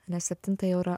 nes septintą jau yra